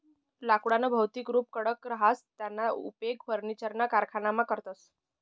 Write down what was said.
लाकुडनं भौतिक रुप कडक रहास त्याना उपेग फर्निचरना कारखानामा करतस